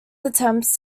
attempts